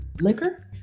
liquor